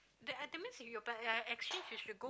the that means you but ya uh exchange you should go